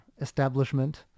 establishment